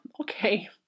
okay